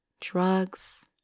Drugs